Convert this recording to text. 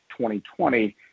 2020